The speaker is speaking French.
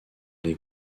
les